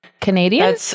Canadian